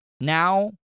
now